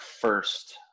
first